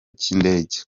cy’indege